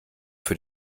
für